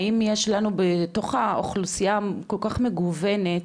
האם יש לנו בתוך האוכלוסייה הכול כך מגוונת,